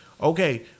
Okay